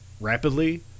rapidly